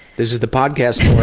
this is the podcast